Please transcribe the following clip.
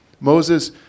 Moses